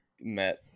met